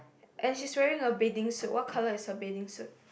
and she's wearing a bathing suit what colour is her bathing suit